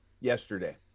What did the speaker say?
Yesterday